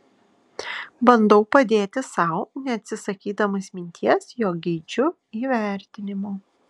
bandau padėti sau neatsisakydamas minties jog geidžiu įvertinimo